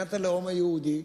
מדינת הלאום היהודי,